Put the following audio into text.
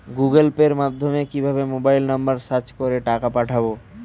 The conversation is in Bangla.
গুগোল পের মাধ্যমে কিভাবে মোবাইল নাম্বার সার্চ করে টাকা পাঠাবো?